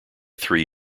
three